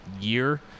year